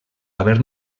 haver